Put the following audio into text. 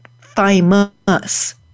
thymus